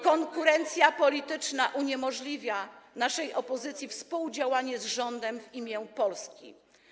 Konkurencja polityczna uniemożliwia naszej opozycji współdziałanie z rządem w imię Polski.